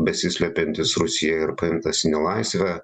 besislepiantis rūsyje ir paimtas į nelaisvę